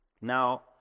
Now